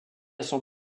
son